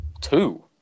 Two